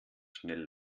schnell